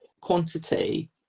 quantity